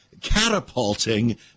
catapulting